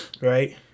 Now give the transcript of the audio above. Right